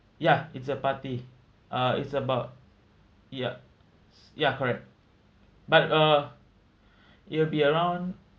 ya it's a party uh it's about yup ya correct but uh it will be around